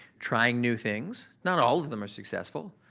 trying new things. not all of them are successful.